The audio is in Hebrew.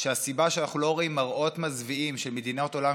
שהסיבה שאנחנו לא רואים מראות מזוויעים של מדינות עולם